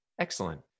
excellent